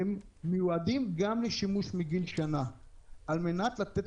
מיועדים גם לשימוש מגיל שנה על מנת לתת